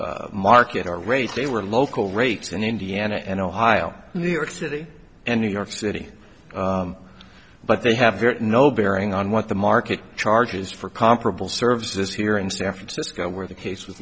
market or race they were local rates in indiana and ohio new york city and new york city but they have no bearing on what the market charges for comparable services here in san francisco where the case with